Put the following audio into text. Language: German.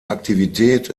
aktivität